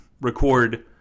record